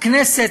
הכנסת,